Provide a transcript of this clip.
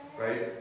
right